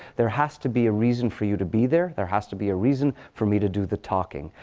there has to be a reason for you to be there. there has to be a reason for me to do the talking.